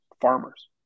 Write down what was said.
farmers